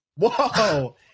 Whoa